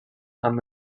amb